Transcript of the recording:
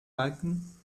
balken